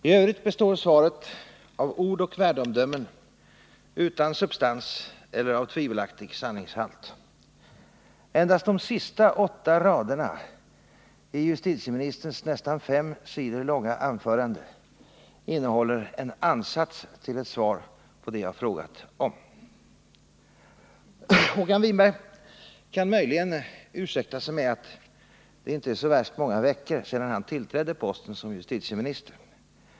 I övrigt består svaret av ord och värdeomdömen utan substans eller av tvivelaktig sanningshalt. Endast de sista åtta raderna i justitieministerns fem sidor långa svar innehåller en ansats till ett svar på det jag frågat om. Håkan Winberg kan möjligen ursäkta sig med att det inte är så värst många veckor sedan han tillträdde posten som justitieminister.